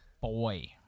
boy